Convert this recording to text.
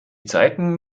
zeiten